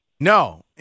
No